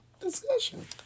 discussion